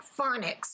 phonics